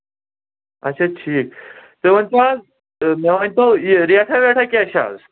اچھا ٹھیٖک تُہۍ ؤنۍتو حظ تہٕ مےٚ ؤنۍتو یہِ ریٹھاہ ویٹھاہ کیٛاہ چھِ آز